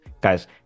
guys